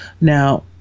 Now